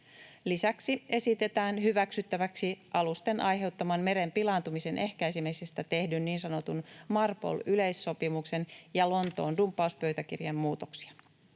Lisäksi esitetään hyväksyttäväksi alusten aiheuttaman meren pilaantumisen ehkäisemisestä tehdyn niin sanotun MARPOL-yleissopimuksen ja Lontoon dumppauspöytäkirjan muutoksia.